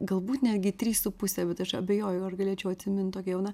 galbūt netgi trys su puse bet aš abejoju ar galėčiau atsimint tokia jauna